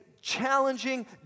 challenging